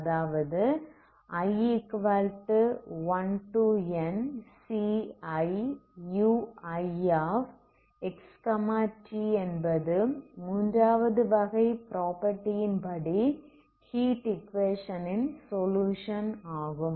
அதாவது i1nCiuixt என்பது 3 வது ப்ராப்பர்ட்டி ன் படி ஹீட் ஈக்குவேஷன் ன் சொலுயுஷன் ஆகும்